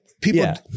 people